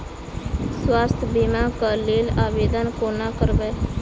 स्वास्थ्य बीमा कऽ लेल आवेदन कोना करबै?